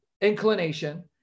inclination